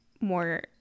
more